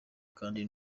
kandi